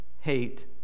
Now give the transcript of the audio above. hate